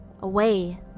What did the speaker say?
Away